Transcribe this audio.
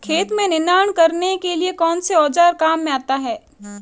खेत में निनाण करने के लिए कौनसा औज़ार काम में आता है?